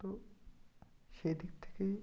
তো সে দিক থেকে